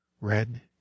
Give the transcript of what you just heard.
red